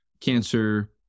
cancer